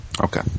Okay